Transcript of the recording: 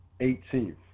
18th